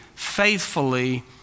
faithfully